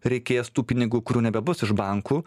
reikės tų pinigų kurių nebebus iš bankų